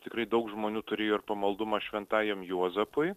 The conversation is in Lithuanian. tikrai daug žmonių turėjo ir pamaldumą šventajam juozapui